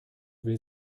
will